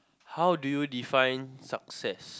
how do you define success